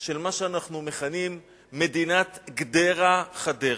של מה שאנחנו מכנים "מדינת גדרה חדרה".